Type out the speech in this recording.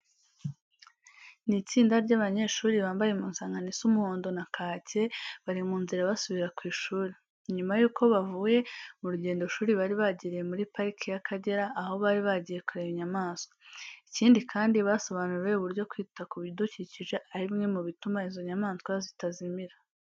Ni itsinda ry'abanyeshuri bambaye impuzankano isa umuhondo na kake, bari mu nzira basubira ku ishuri. Ni nyuma yuko bavuye mu rugendoshuri bari bagiriye muri parike y'Akagera, aho bari bagiye kureba inyamaswa. Ikindi kandi, basobanuriwe uburyo kwita ku bidukikije ari bimwe mu bituma izo nyamaswa zitazimira.